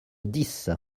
dix